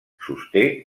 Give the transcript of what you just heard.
sosté